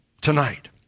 tonight